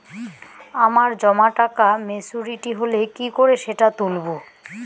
আমার জমা টাকা মেচুউরিটি হলে কি করে সেটা তুলব?